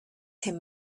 him